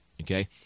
okay